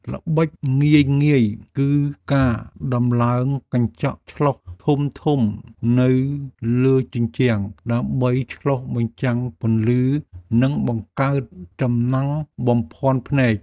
ល្បិចងាយៗគឺការដំឡើងកញ្ចក់ឆ្លុះធំៗនៅលើជញ្ជាំងដើម្បីឆ្លុះបញ្ចាំងពន្លឺនិងបង្កើតចំណាំងបំភាន់ភ្នែក។